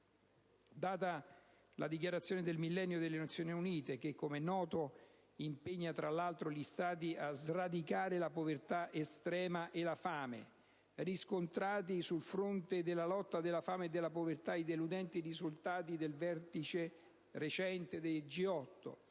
Data la Dichiarazione del Millennio delle Nazioni Unite che, come noto, impegna, tra l'altro, gli Stati a sradicare la povertà estrema e la fame; riscontrati, sul fronte della lotta alla fame e alla povertà, i deludenti risultati del recente Vertice